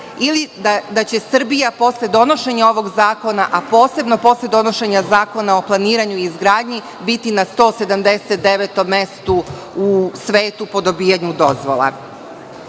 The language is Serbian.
ili da će Srbija posle donošenje ovog zakona, a posebno posle donošenje Zakona o planiranju izgradnji biti na 179. mestu u svetu po dobijanju dozvola. Da